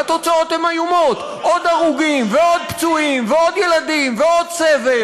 והתוצאות הן איומות: עוד הרוגים ועוד פצועים ועוד ילדים ועוד סבל,